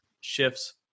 shifts